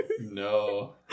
No